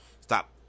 stop